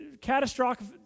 catastrophic